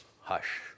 hush